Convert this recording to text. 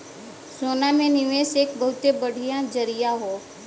सोना में निवेस एक बहुते बढ़िया जरीया हौ